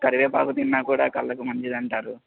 కరివేపాకు తిన్నా కూడా కళ్ళకి మంచిదంటారు